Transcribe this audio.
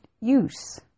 use